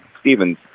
Stevens